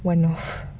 one-north